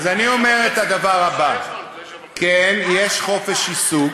אז אני אומר את הדבר הבא: כן, יש חופש עיסוק.